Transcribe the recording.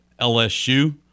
LSU